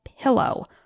pillow